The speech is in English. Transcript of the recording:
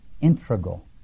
integral